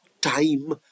time